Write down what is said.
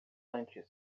antes